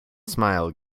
smile